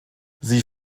sie